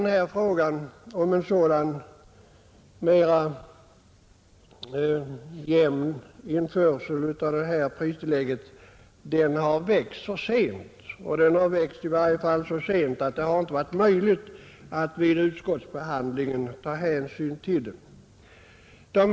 Frågan om ett sådant mera jämnt införande av detta pristillägg har tyvärr väckts så sent att det i varje fall inte varit möjligt att vid utskottsbehandlingen ta hänsyn till den.